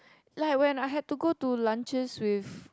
like when I had to go to lunches with